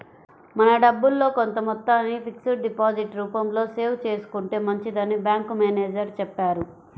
మన డబ్బుల్లో కొంత మొత్తాన్ని ఫిక్స్డ్ డిపాజిట్ రూపంలో సేవ్ చేసుకుంటే మంచిదని బ్యాంకు మేనేజరు చెప్పారు